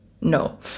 No